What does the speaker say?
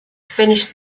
finished